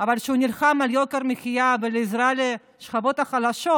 שהוא נלחם על יוקר מחיה ולעזרה לשכבות החלשות,